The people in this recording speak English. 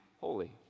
holy